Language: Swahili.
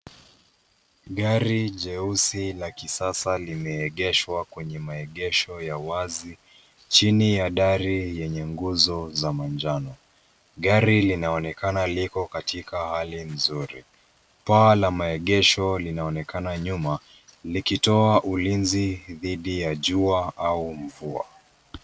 Gari jeusi la kisasa limeegeshwa kwenye maegesho ya wazi chini ya dari yenye nguzo za manjano. Gari linaonekana liko katika hali nzuri. Paa la maegesho linaonekana nyuma likitoa ulinzi dhidi ya jua au mvua.